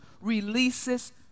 releases